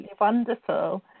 wonderful